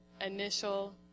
initial